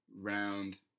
round